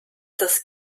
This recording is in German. das